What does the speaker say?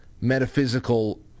metaphysical